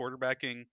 quarterbacking